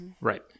right